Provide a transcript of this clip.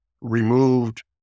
removed